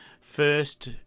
first